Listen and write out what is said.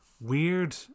weird